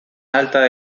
alta